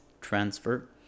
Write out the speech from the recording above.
transfer